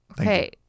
Okay